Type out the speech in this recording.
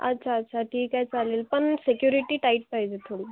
अच्छा अच्छा ठीक आहे चालेल पण सेक्युरिटी टाईट पाहिजे थोडी